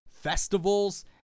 festivals